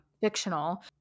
fictional